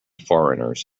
foreigners